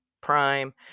prime